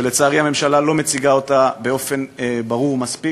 לצערי הממשלה לא מציגה אותה באופן ברור מספיק,